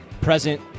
present